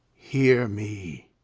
hear me!